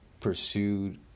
pursued